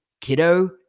kiddo